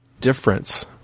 difference